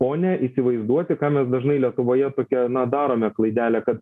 o ne įsivaizduoti ką mes dažnai lietuvoje tokią na darome klaidelę kad